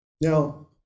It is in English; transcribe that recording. Now